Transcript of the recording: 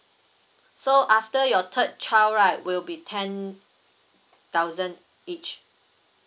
so after your third child right will be ten thousand each